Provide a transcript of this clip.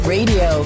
Radio